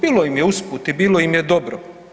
Bilo im je usput i bilo im je dobro.